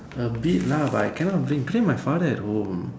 a bit lah but I cannot bring today my father at home